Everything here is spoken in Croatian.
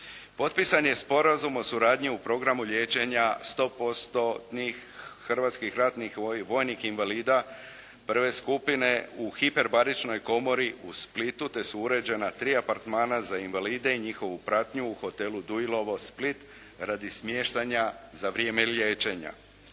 Potpisan je Sporazum o suradnji u Programu liječenja 100%-tnih hrvatskih ratnih vojnih invalida prve skupine u hiperbaričnoj komori u Splitu te su uređena tri apartmana za invalide i njihovu pratnju u hotelu "Duilovo" Split radi smještanja za vrijeme liječenja.